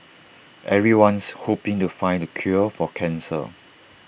everyone's hoping to find the cure for cancer